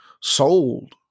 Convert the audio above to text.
sold